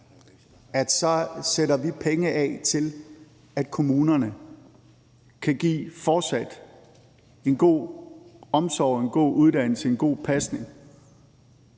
– så sætter vi penge af til, at kommunerne fortsat kan give en god omsorg, en god uddannelse, en god pasning.